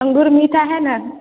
अंगूर मीठा है न